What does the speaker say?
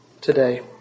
today